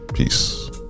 Peace